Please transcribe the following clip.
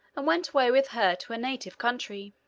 and went away with her to her native country,